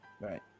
Right